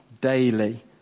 daily